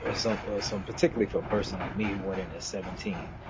ah some some particularly for a person like me when it is seventeen,